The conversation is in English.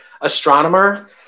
astronomer